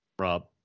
Rob